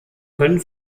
können